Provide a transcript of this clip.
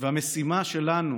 והמשימה שלנו